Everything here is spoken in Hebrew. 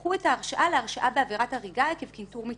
והפכו את ההרשעה להרשעה בעבירת הריגה עקב קינטור מצטבר.